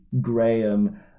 Graham